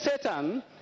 Satan